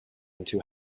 into